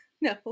No